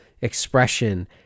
expression